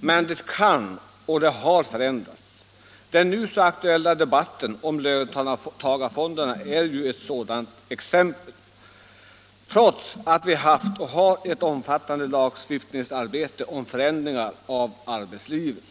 men det kan förändras och det har förändrats. Den nu så aktuella debatten om löntagarfonderna är ett sådant exempel trots att vi haft och har ett omfattande lagstiftningsarbete om förändringar av arbetslivet.